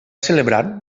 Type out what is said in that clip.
celebrar